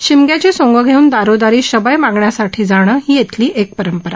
शिमग्याची सोंग घेऊन दारोदारी शबय मागण्यासाठी जाणं ही इथली एक परंपरा